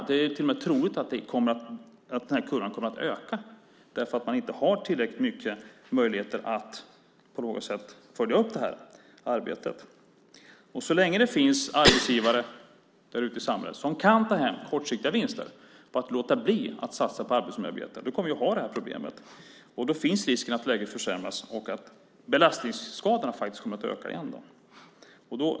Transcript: Det är till och med troligt att kurvan kommer att stiga därför att man inte har tillräckligt med möjligheter för att följa upp arbetet. Så länge det finns arbetsgivare där ute i samhället som kan ta hem kortsiktiga vinster på att låta bli att satsa på arbetsmiljöarbete kommer vi att ha det här problemet. Då finns risken att läget försämras och att belastningsskadorna kommer att öka igen.